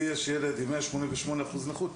לי יש ילד עם 188 אחוזי נכות.